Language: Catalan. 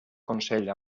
consell